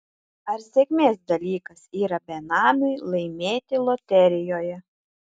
ar sėkmės dalykas yra benamiui laimėti loterijoje